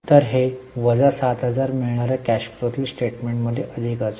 तर हे वजा 7000 मिळणार्या कॅश फ्लोातील स्टेटमेन्टमध्ये अधिक असेल